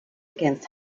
against